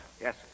Yes